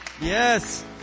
Yes